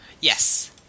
Yes